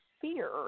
fear